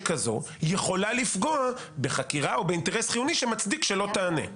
יכולה לפגוע בחקירה או באינטרס חיוני שמצדיק שלא תענה?